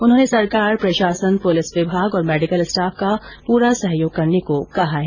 उन्होंने सरकार प्रशासन पुलिस विभाग और मेडिकल स्टाफ का पूरा सहयोग करने को कहा है